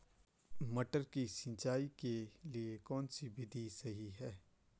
मटर की सिंचाई के लिए कौन सी विधि सही है?